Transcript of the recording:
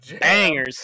Bangers